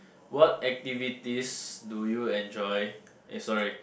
what activities do you enjoy eh sorry